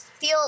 feel